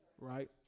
right